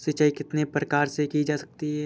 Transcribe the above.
सिंचाई कितने प्रकार से की जा सकती है?